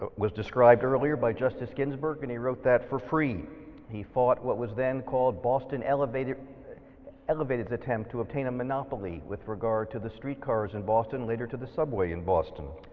but was described earlier by justice ginsburg and he wrote that for free he fought what was then called boston elevated's elevated's attempt to obtain a monopoly with regards to the streetcars in boston later to the subway in boston.